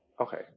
okay